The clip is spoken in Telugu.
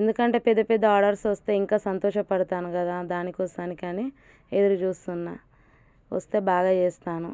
ఎందుకంటే పెద్ద పెద్ద ఆర్డర్స్ వస్తే ఇంకా సంతోష పడతాను కదా దాని కోసానికని ఎదురుచూస్తున్నా వస్తే బాగా చేస్తాను